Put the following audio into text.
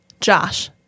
Josh